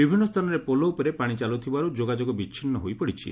ବିଭିନ୍ତ ସ୍ସାନରେ ପୋଲ ଉପରେ ପାଣି ଚାଲୁଥିବାରୁ ଯୋଗାଯୋଗ ବିଛିନୁ ହୋଇପଡ଼ିଛି